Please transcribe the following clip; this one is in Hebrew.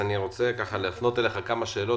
אני מודה לג'וש שנכנס לנושא.